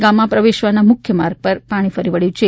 ગામમાં પ્રવેશવાના મુખ્ય માર્ગ પર પાણી ફરી વળ્યું છે